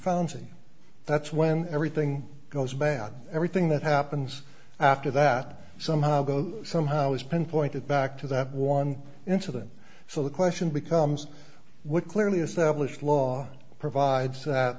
fountain that's when everything goes bad everything that happens after that somehow goes somehow is pinpointed back to that one incident so the question becomes would clearly establish law provides